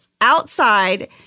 outside